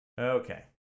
Okay